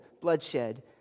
bloodshed